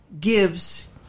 gives